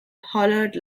hollered